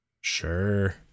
Sure